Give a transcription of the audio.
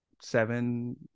seven